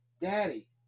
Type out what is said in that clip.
daddy